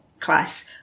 Class